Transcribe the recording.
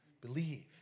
believe